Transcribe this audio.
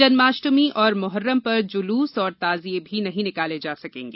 जन्माष्टमी एवं मोहर्रम पर जुलूस और ताजिए भी नहीं निकाले जा सकेंगे